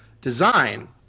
design